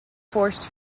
forced